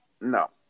No